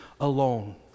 alone